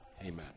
Amen